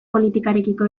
politikarekiko